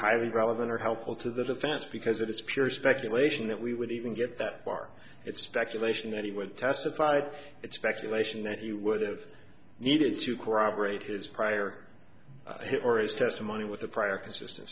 highly relevant or helpful to the defense because it is pure speculation that we would even get that far it's speculation that he would testified it's speculation that you would have needed to corroborate his prior or as testimony with a prior consistent